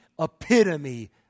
epitome